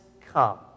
come